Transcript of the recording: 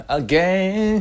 again